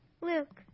Luke